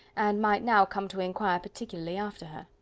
and might now come to inquire particularly after her.